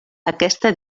aquesta